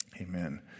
amen